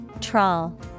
Trawl